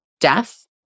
death